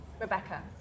Rebecca